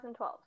2012